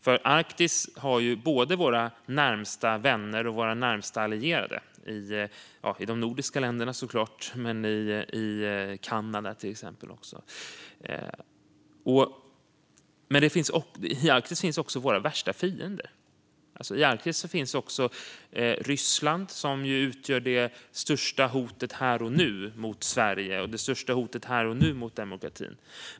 Där har vi våra närmaste vänner och våra närmaste allierade, såklart de nordiska länderna men till exempel också Kanada. Men i Arktis finns också våra värsta fiender. I Arktis finns Ryssland, som utgör det största hotet här och nu mot Sverige och mot demokratin.